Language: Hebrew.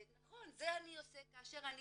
זה אני עושה כאשר אני